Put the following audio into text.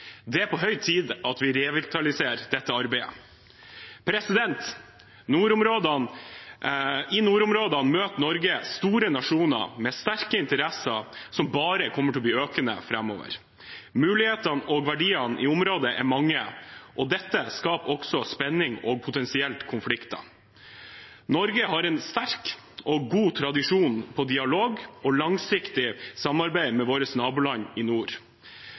Det er på høy tid vi revitaliserer dette arbeidet. I nordområdene møter Norge store nasjoner med sterke interesser som bare kommer til å bli økende framover. Mulighetene og verdiene i området er mange, og dette skaper også spenning og potensielt konflikter. Norge har en sterk og god tradisjon på dialog og langsiktig samarbeid med våre naboland i nord.